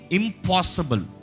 impossible